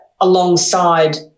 alongside